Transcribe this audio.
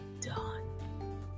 done